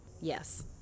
Yes